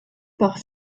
par